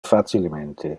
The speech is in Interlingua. facilemente